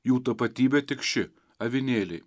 jų tapatybė tik ši avinėliai